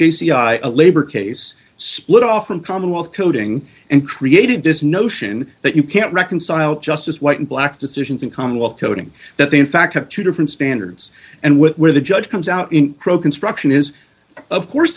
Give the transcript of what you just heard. like a labor case split off from commonwealth coding and created this notion that you can't reconcile justice white and black decisions in commonwealth coding that they in fact have two different standards and we're the judge comes out in a row construction is of course